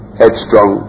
headstrong